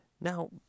Now